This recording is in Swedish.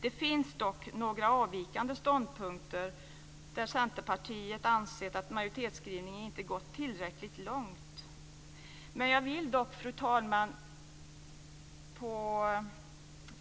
Det finns dock några avvikande ståndpunkter där Centerpartiet ansett att majoritetsskrivningen inte gått tillräckligt långt. Fru talman!